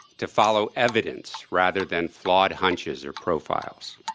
to follow evidence rather than flawed hunches or profiles.